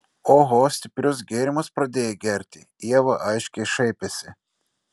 oho stiprius gėrimus pradėjai gerti ieva aiškiai šaipėsi